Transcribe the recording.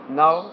now